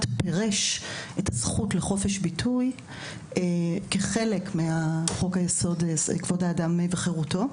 פירש את הזכות לחופש ביטוי כחלק מחוק היסוד של כבוד האדם וחירותו,